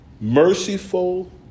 Merciful